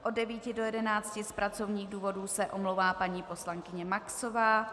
Od 9 do 11 z pracovních důvodů se omlouvá paní poslankyně Maxová.